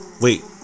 Wait